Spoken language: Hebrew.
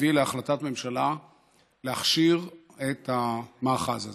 הביא להחלטת ממשלה להכשיר את המאחז הזה.